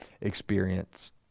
experience